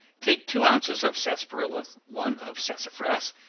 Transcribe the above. take two ounces of sarsaparilla, one of sassafras,